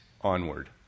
onward